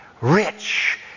rich